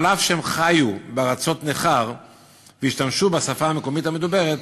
אף שהם חיו בארצות נכר והשתמשו בשפה המקומית המדוברת,